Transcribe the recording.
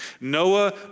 Noah